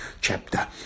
chapter